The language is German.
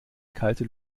kalte